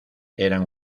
eran